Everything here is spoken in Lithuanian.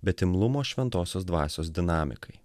bet imlumo šventosios dvasios dinamikai